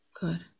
Good